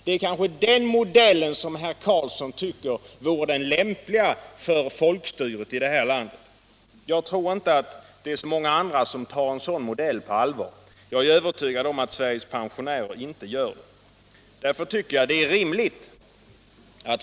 Det är kanske den modellen som herr Karlsson tycker vore den lämpliga för folkstyret här i landet. Men jag tror inte att det är så många andra som tar en sådan modell på allvar. Jag är övertygad om att Sveriges pensionärer inte gör det.